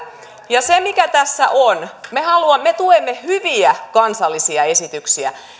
ja se mikä tässä on me tuemme hyviä kansallisia esityksiä